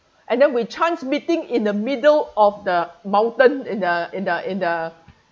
and then we chance meeting in the middle of the mountain in the in the in the